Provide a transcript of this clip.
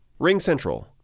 RingCentral